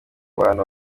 bantu